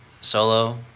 solo